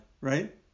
right